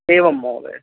एवं महोदय